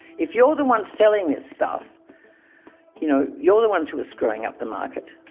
if you're the one selling this stuff you know you're the ones who are screwing up the market.